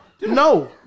No